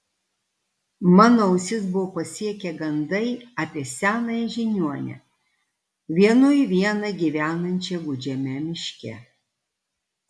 mano ausis buvo pasiekę gandai apie senąją žiniuonę vienui vieną gyvenančią gūdžiame miške